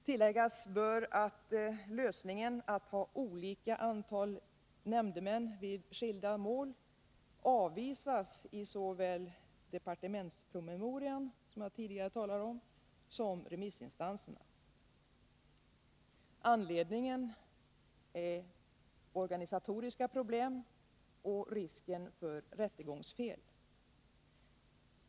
Tilläggas bör att lösningen att ha olika antal nämndemän vid skilda mål avvisas såväl i den departementspromemoria som jag tidigare talade om som avremissinstanserna. Anledningen är organisatoriska problem och risken för rättegångsfel.